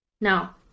Now